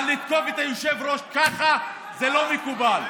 אבל לתקוף את היושב-ראש ככה זה לא מקובל.